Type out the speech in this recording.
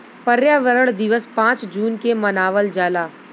पर्यावरण दिवस पाँच जून के मनावल जाला